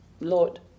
lord